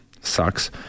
sucks